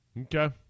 Okay